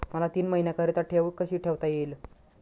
मला तीन महिन्याकरिता ठेव कशी ठेवता येईल?